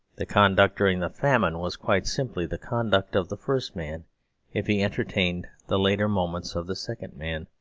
the conduct during the famine was quite simply the conduct of the first man if he entertained the later moments of the second man,